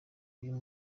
uyu